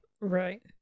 right